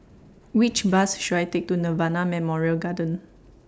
Which Bus should I Take to Nirvana Memorial Garden